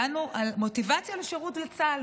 דנו על מוטיבציה לשירות בצה"ל.